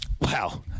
Wow